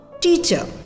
teacher